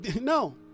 No